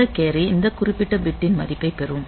இந்த கேரி இந்த குறிப்பிட்ட பிட்டின் மதிப்பைப் பெறும்